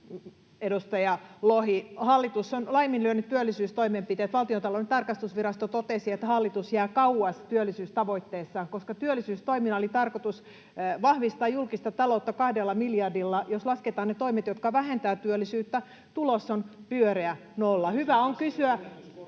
edustaja Lohi. Hallitus on laiminlyönyt työllisyystoimenpiteet. Valtiontalouden tarkastusvirasto totesi, että hallitus jää kauas työllisyystavoitteistaan, koska työllisyystoimilla oli tarkoitus vahvistaa julkista taloutta kahdella miljardilla. Jos lasketaan ne toimet, jotka vähentävät työllisyyttä, tulos on pyöreä nolla. Hyvä on kysyä...